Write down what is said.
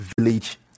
Village